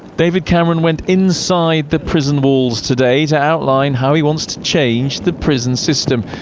david cameron went inside the prison walls today to outline how he wants to change the prison system.